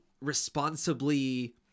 responsibly